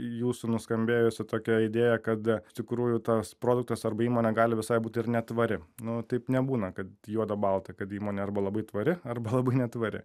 jūsų nuskambėjusi tokia idėja kad iš tikrųjų tas produktas arba įmonė gali visai būti ir netvari na taip nebūna kad juoda balta kad įmonė arba labai tvari arba labai netvari